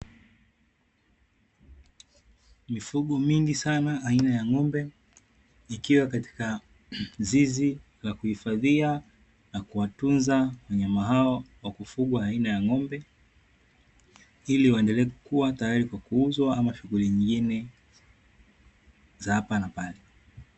Mifugo mingi sana aina ya ng'ombe ikiwa katika zizi la kuhifadhia na kuwatunza wanyama hao wa kufugwa aina ya ng'ombe, ili waendelee kua tayari kwa kuuzwa ama shughuli nyingine za hapa na pale.